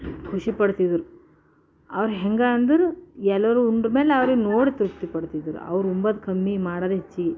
ಖುಷಿ ಪಡ್ತಿದ್ದರು ಅವ್ರು ಹೆಂಗೆ ಅಂದರೆ ಎಲ್ಲರು ಉಂಡು ಮೇಲೆ ಅವರೇ ನೋಡಿ ತೃಪ್ತಿ ಪಡ್ತಿದ್ದರು ಅವ್ರು ಉಂಬೋದು ಕಮ್ಮಿ ಮಾಡೋದು ಹೆಚ್ಚಿಗೆ